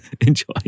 Enjoy